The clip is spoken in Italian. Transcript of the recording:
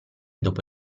dopo